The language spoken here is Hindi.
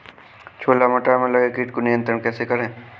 छोला मटर में लगे कीट को नियंत्रण कैसे करें?